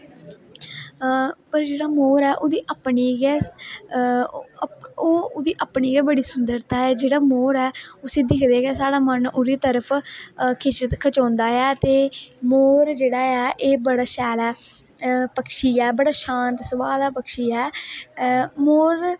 पर जेहड़ा मोर ऐ ओहदी अपनी गै ओह् ओहदी अपनी गै बड़ी सुंदरता ऐ जेहड़ा मोर ऐ उसी दिक्खदे गै साढ़ा मन ओहदी तरफ खचोंदा ऐ ते मोर जेहड़ा ऐ एह् बड़ा शैल ऐ पक्षी ऐ बड़ा शांत स्भाऽ दा पक्षी ऐ मोर